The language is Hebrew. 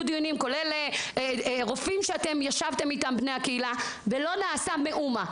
דיונים כולל רופאים בני הקהילה שישבתם איתם ולא נעשה מאומה.